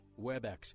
Webex